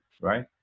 right